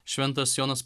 šventas jonas